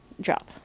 Drop